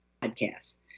podcasts